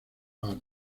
partes